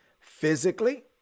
physically